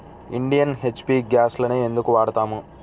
Indian, HP గ్యాస్లనే ఎందుకు వాడతాము?